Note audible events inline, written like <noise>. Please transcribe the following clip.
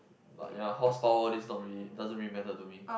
<breath> but their horsepower is not really doesn't really matter to me